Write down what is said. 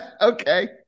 Okay